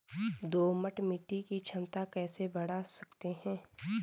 दोमट मिट्टी की क्षमता कैसे बड़ा सकते हैं?